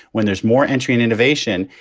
when there's more entry and innovation.